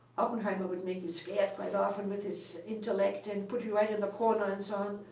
oppenheimer would make you scared quite often with his intellect and put you right in the corner and so on.